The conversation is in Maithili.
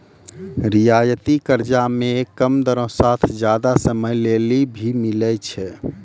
रियायती कर्जा मे कम दरो साथ जादा समय लेली भी मिलै छै